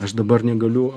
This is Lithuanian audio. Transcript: aš dabar negaliu